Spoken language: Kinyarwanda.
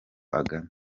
agana